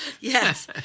Yes